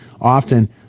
often